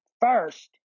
First